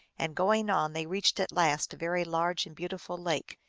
and going on, they reached at last a very large and beautiful lake.